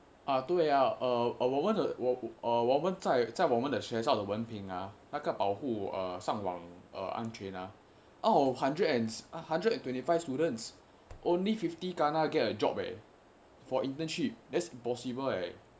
啊对啊我们我们在在我们的学校的文凭啊那个保护上网 out of hundred and a hundred and twenty five students only fifty kena get a job eh for internship that's impossible eh